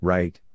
Right